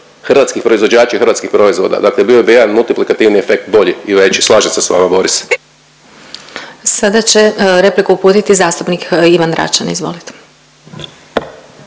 hrvatskih proizvođača i hrvatskih proizvoda. Dakle bio bi jedan multiplikativni efekt bolji i veći i slažem se s vama, Boris. **Glasovac, Sabina (SDP)** Sada će repliku uputiti zastupnik Ivan Račan, izvolite.